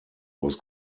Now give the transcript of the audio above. was